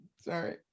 sorry